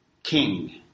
King